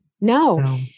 no